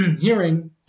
hearing